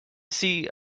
see